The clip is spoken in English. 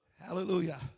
Hallelujah